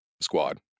squad